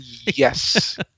Yes